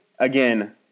Again